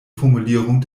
formulierung